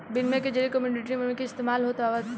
बिनिमय के जरिए कमोडिटी मनी के इस्तमाल होत आवता